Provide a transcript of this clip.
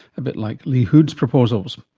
a bit like lee hood's proposals.